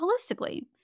holistically